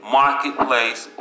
marketplace